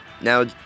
Now